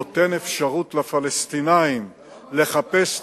נותן אפשרות לפלסטינים לחפש צירים,